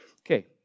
Okay